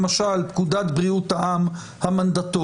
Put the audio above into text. למשל פקודת בריאות העם המנדטורית,